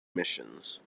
missions